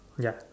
ya